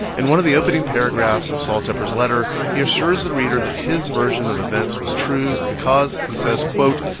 and one of the opening paragraphs of sol tepper's letter, he assures the reader that his version of events was true because he says, quote,